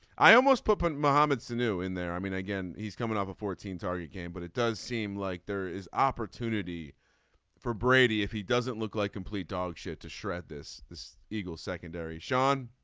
i almost put print mohamed sanu in there. i mean again he's coming off for teens are your game but it does seem like there is opportunity for brady if he doesn't look like complete dog shit to shred this this eagles secondary sean.